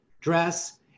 dress